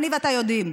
אני ואתה יודעים,